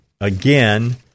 again